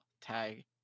Tag